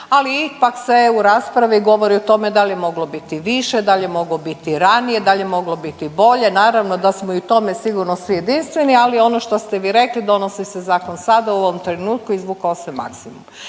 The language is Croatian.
ali ipak se u raspravi govori o tome dal je moglo biti više, dal je moglo biti ranije, dal je moglo biti bolje, naravno da smo i u tome sigurno svi jedinstveni, ali ono što ste vi rekli donosi se zakon sada u ovom trenutku i izvukao se maksimum.